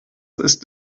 ist